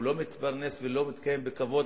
הוא לא מתפרנס ולא מתקיים בכבוד,